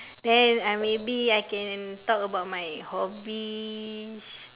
then I maybe I can talk about my hobbies